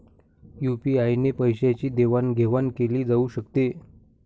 UPI ने पैशांची देवाणघेवाण केली जाऊ शकते